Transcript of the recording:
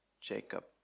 Jacob